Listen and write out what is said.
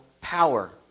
power